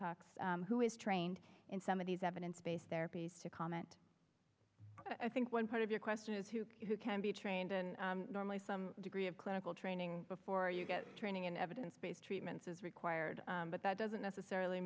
cox who is trained in some of these evidence based therapies to comment i think one part of your question is who who can be trained and normally some degree of clinical training before you get training in evidence based treatments is required but that doesn't necessarily